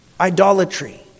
Idolatry